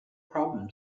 problem